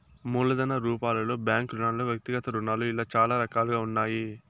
మూలధన రూపాలలో బ్యాంకు రుణాలు వ్యక్తిగత రుణాలు ఇలా చాలా రకాలుగా ఉన్నాయి